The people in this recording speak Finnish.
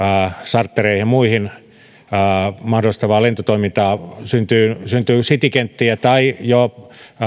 chartereita ja muita mahdollistavaan lentotoimintaan syntyy syntyy citykenttiä ja jo